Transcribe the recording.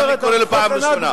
אני קורא לו פעם ראשונה.